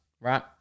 right